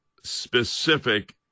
specific